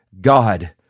God